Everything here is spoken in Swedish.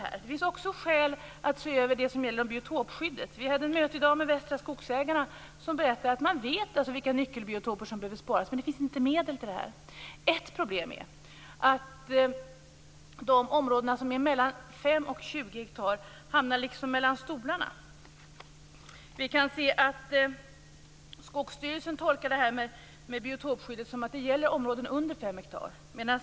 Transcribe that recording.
Vidare finns det skäl att göra en översyn av vad som gäller i fråga om biotopskyddet. Tidigare i dag hade vi möte med Västra Skogsägarna som berättade att man vet vilka nyckelbiotoper som behöver skapas men det finns inte medel till detta. Ett problem är att områden på 5-20 hektar liksom hamnar mellan stolarna. Skogsstyrelsen tolkar biotopskyddet så att det gäller områden understigande 5 hektar.